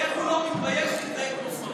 אמרתי איך הוא לא מתבייש להתנהג כמו סמרטוט.